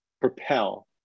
propel